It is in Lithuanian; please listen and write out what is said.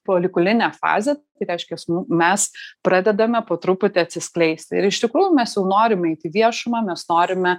folikulinė fazė tai reiškias nu mes pradedame po truputį atsiskleisti ir iš tikrųjų mes jau norim eit į viešumą mes norime